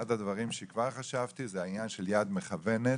אחד הדברים שכבר חשבתי עליו זה העניין של יד מכוונת,